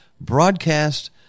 broadcast